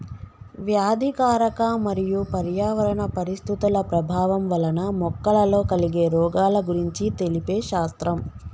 వ్యాధికారక మరియు పర్యావరణ పరిస్థితుల ప్రభావం వలన మొక్కలలో కలిగే రోగాల గురించి తెలిపే శాస్త్రం